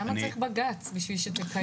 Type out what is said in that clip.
למה צריך בג"ץ בשביל שתקיימו?